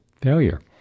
failure